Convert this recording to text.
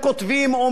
מציגים,